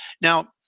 Now